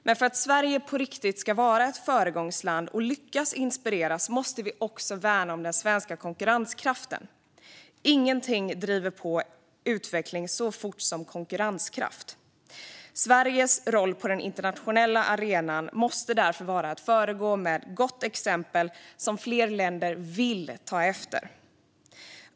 Men för att Sverige på riktigt ska vara ett föregångsland och lyckas inspirera måste vi också värna den svenska konkurrenskraften. Ingenting driver på utveckling så fort som konkurrenskraft. Sveriges roll på den internationella arenan måste därför vara att föregå med gott exempel som fler länder vill ta efter.